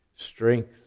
strength